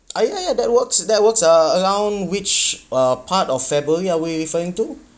ah ya ya that works that works ]ah] around which uh part of february are we referring to